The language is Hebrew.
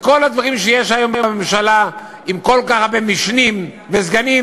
וכל הדברים שיש היום בממשלה עם כל כך הרבה מִשְנִים וסגנים,